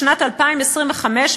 בשנת 2025,